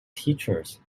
teachers